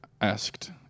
asked